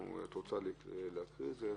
את רוצה לקרוא את זה?